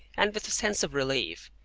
and with a sense of relief,